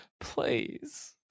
Please